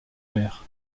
mer